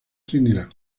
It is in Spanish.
trinidad